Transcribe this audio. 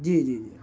جی جی جی